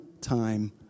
time